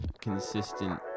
consistent